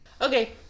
Okay